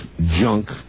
junk